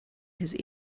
his